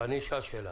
אני אשאל שאלה.